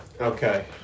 okay